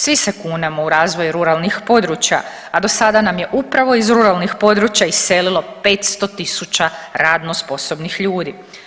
Svi se kunemo u razvoj ruralnih područja, a do sada nam je upravo iz ruralnih područja iselilo 500 tisuća radno sposobnih ljudi.